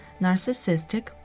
narcissistic